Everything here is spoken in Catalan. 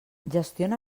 gestiona